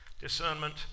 discernment